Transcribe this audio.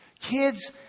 Kids